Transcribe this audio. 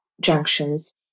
junctions